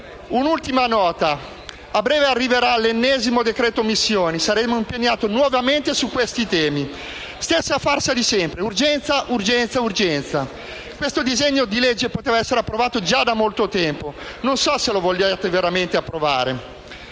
Un'ultima nota: a breve arriverà l'ennesimo decreto-legge sulle missioni e saremo impegnati nuovamente su questi temi. Stessa farsa di sempre: urgenza, urgenza, urgenza. Questo disegno di legge poteva essere approvato già da molto tempo. Non so se lo volete veramente approvare.